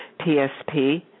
PSP